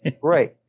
great